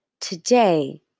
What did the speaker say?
today